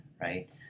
Right